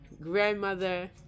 grandmother